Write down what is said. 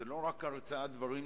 זאת לא רק הרצאה של השר,